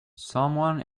someone